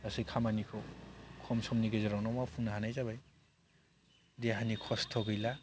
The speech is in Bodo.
गासै खामानिखौ खम' समनि गेजेरावनो मावफुंनो हानाय जाबाय देहानि खस्थ' गैला